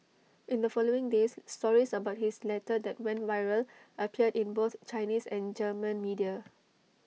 in the following days stories about his letter that went viral appeared in both Chinese and German media